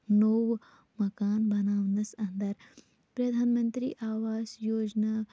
نوٚو مَکان بَناونَس اَندَر پردان مَنتری آواس یوجنا